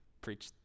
preach